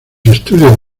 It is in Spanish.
estudios